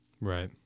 Right